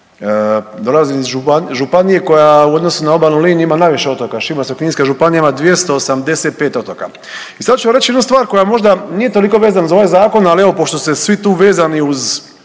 Dolazim iz županije koja u odnosu na obalnu liniju ima najviše otoka. Šibensko-kninska županija ima 285 otoka. I sad ću vam reći jednu stvar koja možda nije toliko vezana za ovaj zakon, ali evo pošto ste svi tu vezani uz